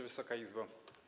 Wysoka Izbo!